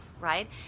right